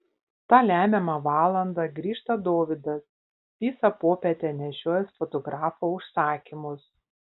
tą lemiamą valandą grįžta dovydas visą popietę nešiojęs fotografo užsakymus